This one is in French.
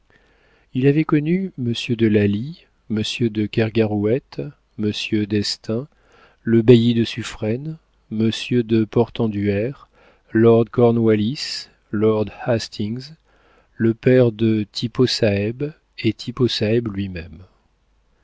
il avait connu m de lally m de kergarouët m d'estaing le bailli de suffren m de portenduère lord cornwallis lord hastings le père de tippo saeb et tippo saeb lui-même